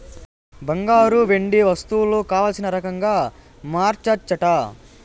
బంగారు, వెండి వస్తువులు కావల్సిన రకంగా మార్చచ్చట